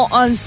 on